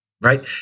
right